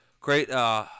great